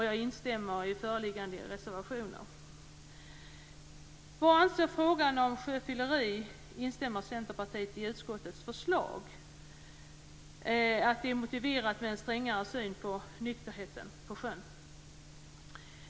Jag instämmer i föreliggande reservationer. Vad avser frågan om sjöfylleri instämmer Centerpartiet i utskottets förslag att det är motiverat med en strängare syn på nykterheten på sjön.